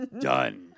done